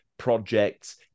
Projects